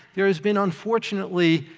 there has been, unfortunately,